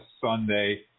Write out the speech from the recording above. Sunday